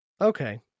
Okay